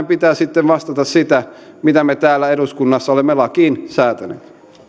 pitää sitten vastata sitä mitä me täällä eduskunnassa olemme lakiin säätäneet